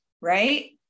right